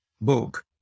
book